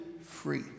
free